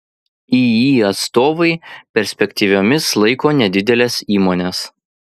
iį atstovai perspektyviomis laiko nedideles įmones